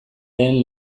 den